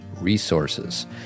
resources